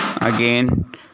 again